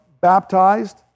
baptized